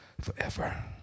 Forever